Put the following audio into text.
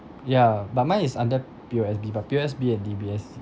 ya but mine is under P_O_S_B but P_O_S_B and D_B_S